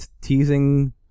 teasing